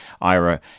Ira